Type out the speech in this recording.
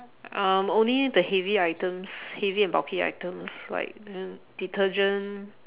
um only the heavy items heavy and bulky items like you know detergent